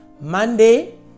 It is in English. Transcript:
Monday